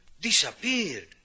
Disappeared